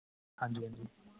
ਹਾਂਜੀ ਹਾਂਜੀ